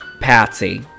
Patsy